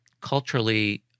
culturally